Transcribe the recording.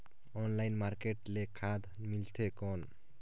Online market ले खाद मिलथे कौन?